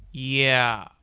yeah,